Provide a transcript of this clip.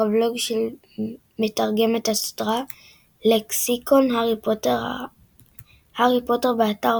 אתר הבלוג של מתרגמת הסדרה לקסיקון הארי פוטר הארי פוטר באתר